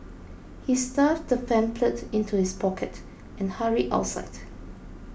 he stuffed the pamphlet into his pocket and hurried outside